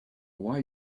why